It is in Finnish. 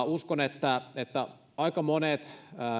uskon että että aika monet